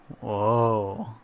Whoa